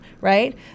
Right